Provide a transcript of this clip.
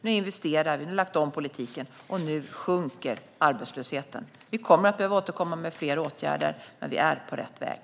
Nu investerar vi. Nu har vi lagt om politiken, och nu sjunker arbetslösheten. Vi kommer att behöva återkomma med fler åtgärder, men vi är på rätt väg.